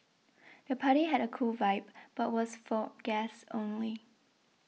the party had a cool vibe but was for guests only